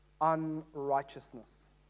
unrighteousness